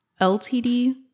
LTD